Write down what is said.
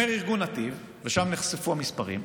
אומר ארגון נתיב, ושם נחשפו המספרים,